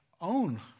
own